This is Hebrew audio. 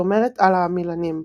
שומרת על העמילנים,